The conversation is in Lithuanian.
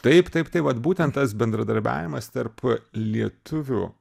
taip taip tai vat būtent tas bendradarbiavimas tarp lietuvių